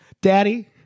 Daddy